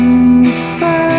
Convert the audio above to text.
Inside